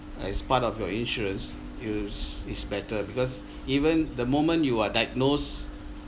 as part of your insurance it'll is better because even the moment you are diagnosed